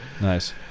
Nice